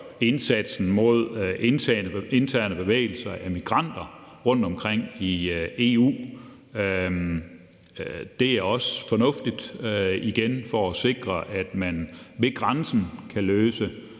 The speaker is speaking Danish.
indsatsen mod interne bevægelser af migranter rundtomkring i EU. Det er igen også fornuftigt for at sikre, at man ved grænsen kan løse